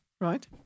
right